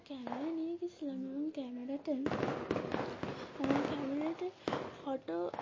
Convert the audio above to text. camera নিয়ে গিয়েছিলাম এবং ক্যামেরাতে ক্যামেরাতে ফটো